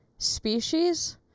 species